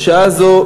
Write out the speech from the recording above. בשעה זו,